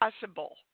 possible